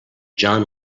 john